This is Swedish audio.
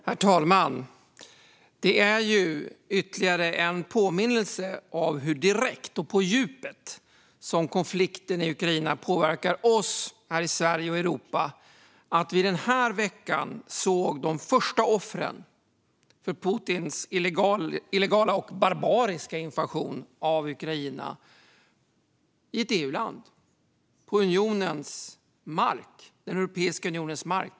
Herr talman! Ytterligare en påminnelse om hur direkt och på djupet konflikten i Ukraina påverkar oss här i Sverige och Europa är att vi den här veckan såg de första offren för Putins illegala och barbariska invasion av Ukraina i ett EU-land, på Europeiska unionens mark.